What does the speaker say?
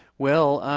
well.